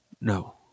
No